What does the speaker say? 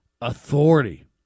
authority